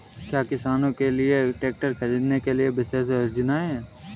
क्या किसानों के लिए ट्रैक्टर खरीदने के लिए विशेष योजनाएं हैं?